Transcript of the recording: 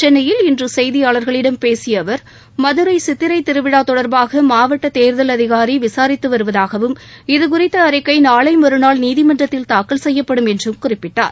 சென்னையில் இன்று செய்தியாளர்களிடம் பேசிய அவர் மதுரையில் சித்திரை திருவிழா தொடர்பாக மாவட்ட தேர்தல் அதிகாரி விசாரித்து வருவதாகவும் இதுகுறித்த அறிக்கை நாளை மறுநாள் நீதிமன்றத்தில் தாக்கல் செய்யப்படும் என்றும் குறிப்பிட்டார்